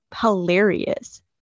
hilarious